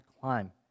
climb